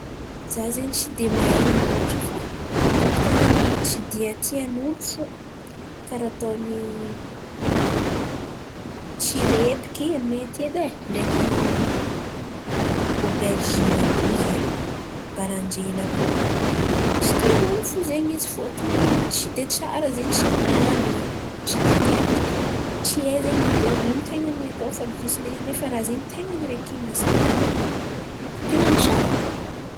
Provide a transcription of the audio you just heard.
Zah zen̈y tsy dia, mahay ino loatra fà hitako tsy dia, tian'olo fo karà ataon̈y tsirebiky amin̈ay aty edy ai, obergin̈y àby io zen̈y baranjely àby io, tsy tian'olo fo zen̈y fôton̈y tsy dia, tsara zen̈y tsironany. Tsy hay zen̈y nino atao fandokisana izy nefa raha zen̈y ten̈a mahasalama ten̈any tsara koa.